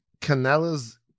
Canela's